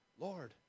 Lord